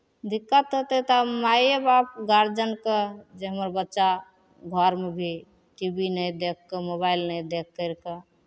दिक्कत होतै तऽ माइए बाप गारजनकेँ जे हमर बच्चा घरमे भी टी वी नहि देखि कऽ मोबाइल नहि देख करि कऽ